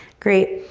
great.